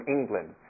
England